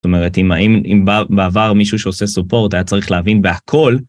זאת אומרת, אם בעבר מישהו שעושה סופורט, היה צריך להבין בהכל.